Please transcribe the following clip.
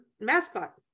mascot